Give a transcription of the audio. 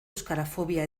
euskarafobia